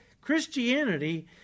Christianity